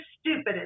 stupidest